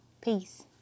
Peace